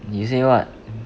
you say what